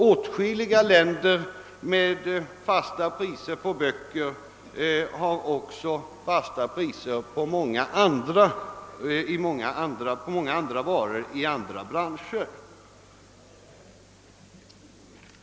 Åtskilliga länder med fasta priser på böcker har också fasta priser på många varor i andra branscher.